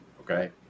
okay